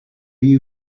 you